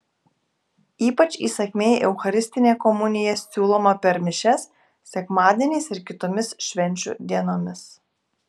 ypač įsakmiai eucharistinė komunija siūloma per mišias sekmadieniais ir kitomis švenčių dienomis